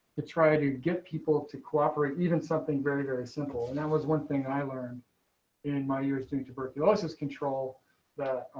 to try to get people to cooperate even something very, very simple. and that was one thing i learned in my years doing tuberculosis control that